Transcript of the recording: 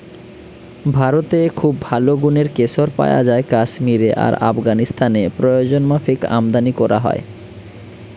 ভারতে খুব ভালো গুনের কেশর পায়া যায় কাশ্মীরে আর আফগানিস্তানে প্রয়োজনমাফিক আমদানী কোরা হয়